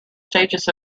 stages